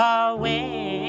away